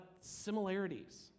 similarities